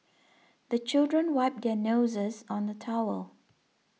the children wipe their noses on the towel